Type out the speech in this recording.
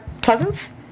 Pleasance